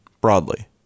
broadly